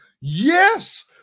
yes